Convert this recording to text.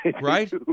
Right